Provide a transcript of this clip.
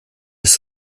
ist